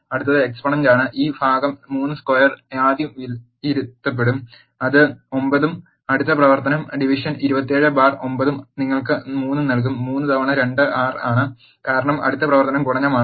അടുത്തത് എക്സ്പോണന്റാണ് ഈ ഭാഗം 3 സ്ക്വയർ ആദ്യം വിലയിരുത്തപ്പെടും അത് 9 ഉം അടുത്ത പ്രവർത്തനം ഡിവിഷൻ 279 ഉം നിങ്ങൾക്ക് 3 നൽകും 3 തവണ 2 6 ആണ് കാരണം അടുത്ത പ്രവർത്തനം ഗുണനമാണ്